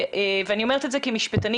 ואני אומרת את זה כמשפטנית,